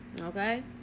okay